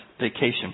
vacation